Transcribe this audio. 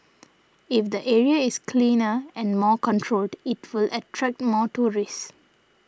if the area is cleaner and more controlled it will attract more tourists